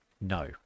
No